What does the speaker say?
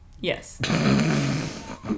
Yes